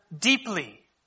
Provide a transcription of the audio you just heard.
deeply